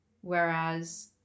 Whereas